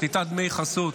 סחיטת דמי חסות,